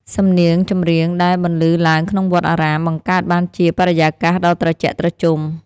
សំនៀងចម្រៀងដែលបន្លឺឡើងក្នុងវត្តអារាម បង្កើតបានជាបរិយាកាសដ៏ត្រជាក់ត្រជុំ។